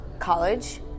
college